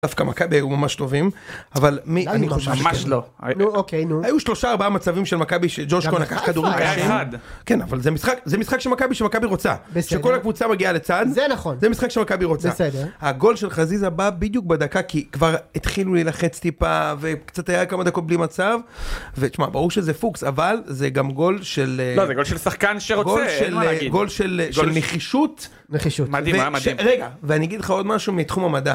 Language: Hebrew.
דווקא מכבי הם ממש טובים אבל מי אני חושב שממש לא. נו אוקיי נו. היו שלושה ארבעה מצבים של מכבי שג'ושקו נגח כדורים קשים. כן אבל זה משחק שמכבי שמכבי רוצה שכל הקבוצה מגיעה לצד. זה נכון. זה משחק שמכבי רוצה. בסדר. הגול של חזיזה בא בדיוק בדקה כי כבר התחילו להילחץ טיפה וקצת היה כמה דקות בלי מצב. ושמע ברור שזה פוקס אבל זה גם גול של. זה גול של שחקן שרוצה. גול של נחישות. נחישות. מדהים היה מדהים. רגע ואני אגיד לך עוד משהו מתחום המדע.